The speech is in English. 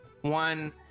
one